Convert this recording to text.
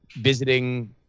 visiting